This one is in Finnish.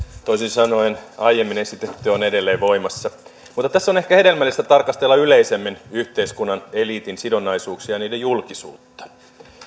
toisin sanoen aiemmin esitetty on edelleen voimassa mutta tässä on ehkä hedelmällistä tarkastella yleisemmin yhteiskunnan eliitin sidonnaisuuksia ja niiden julkisuutta